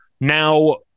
now